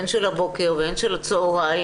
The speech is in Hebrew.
הן של הבוקר והן של הצהריים,